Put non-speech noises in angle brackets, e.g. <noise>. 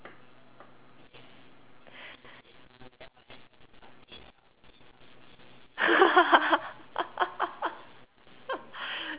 <laughs>